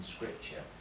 Scripture